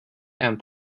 and